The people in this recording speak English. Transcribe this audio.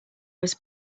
was